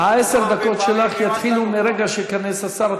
עשר הדקות שלך יתחילו ברגע שייכנס השר.